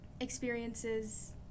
experiences